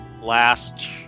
last